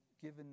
given